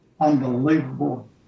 unbelievable